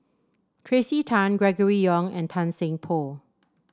Tracey Tan Gregory Yong and Tan Seng Poh